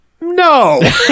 no